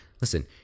Listen